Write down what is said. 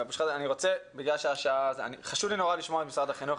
חשוב לי מאוד לשמוע את משרד החינוך,